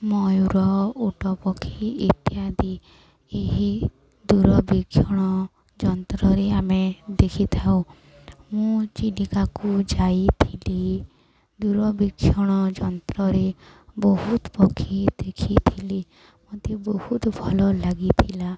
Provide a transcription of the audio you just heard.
ମୟୂର ଓଟ ପକ୍ଷୀ ଇତ୍ୟାଦି ଏହି ଦୂରବୀକ୍ଷଣ ଯନ୍ତ୍ରରେ ଆମେ ଦେଖିଥାଉ ମୁଁ ଚିଲିକାକୁ ଯାଇଥିଲି ଦୂରବୀକ୍ଷଣ ଯନ୍ତ୍ରରେ ବହୁତ ପକ୍ଷୀ ଦେଖିଥିଲି ମୋତେ ବହୁତ ଭଲ ଲାଗିଥିଲା